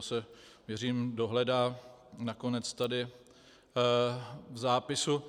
To se, věřím, dohledá nakonec tady v zápisu.